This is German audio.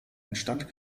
entstand